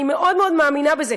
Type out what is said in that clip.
אני מאוד מאוד מאמינה בזה.